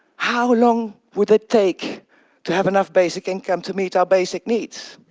how long would it take to have enough basic income to meet our basic needs?